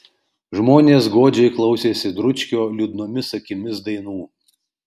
žmonės godžiai klausėsi dručkio liūdnomis akimis dainų